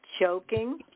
choking